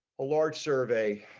a large survey.